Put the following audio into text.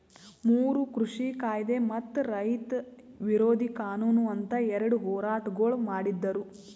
ಮೂರು ಕೃಷಿ ಕಾಯ್ದೆ ಮತ್ತ ರೈತ ವಿರೋಧಿ ಕಾನೂನು ಅಂತ್ ಎರಡ ಹೋರಾಟಗೊಳ್ ಮಾಡಿದ್ದರು